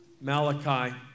Malachi